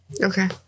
okay